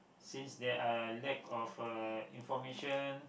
since there are lack of uh information